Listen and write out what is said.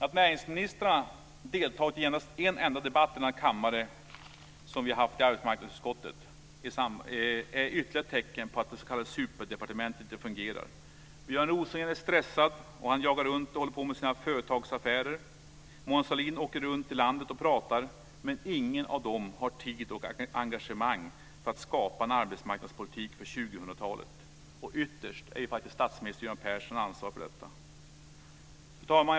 Att näringsministrarna har deltagit i endast en debatt i denna kammare med anledning av ärenden från arbetsmarknadsutskottet är ytterligare ett tecken på att det s.k. superdepartementet inte fungerar. Björn Rosengren är stressad, och han jagar runt och håller på med sina företagsaffärer. Mona Sahlin åker runt i landet och pratar. Men ingen av dem har tid och engagemang för att skapa en arbetsmarknadspolitik för 2000-talet. Och ytterst är faktiskt statsminister Göran Persson ansvarig för detta. Fru talman!